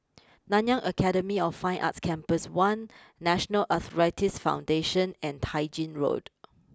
Nanyang Academy of Fine Arts Campus one National Arthritis Foundation and Tai Gin Road